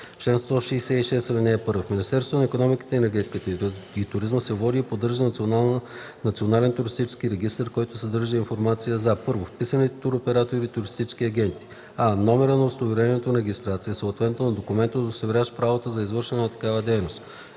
166. (1) В Министерството на икономиката, енергетиката и туризма се води и поддържа Национален туристически регистър, който съдържа информация за: 1. вписаните туроператори и туристически агенти: а) номера на удостоверението за регистрация, съответно на документа, удостоверяващ правото да се извършва такава дейност;